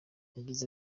yagize